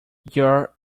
your